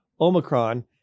Omicron